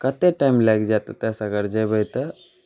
कतेक टाइम लागि जायत एतयसँ अगर जेबै तऽ